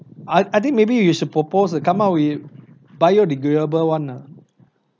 I I think maybe you should propose to come out with biodegradable [one] nah